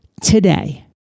today